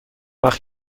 وقت